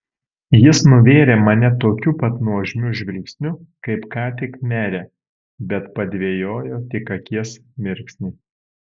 jis nuvėrė mane tokiu pat nuožmiu žvilgsniu kaip ką tik merę bet padvejojo tik akies mirksnį